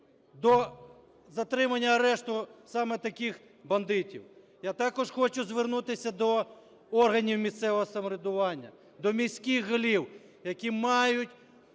до затримання, арешту саме таких бандитів. Я також хочу звернутися до органів місцевого самоврядування, до міських голів, які мають